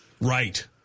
Right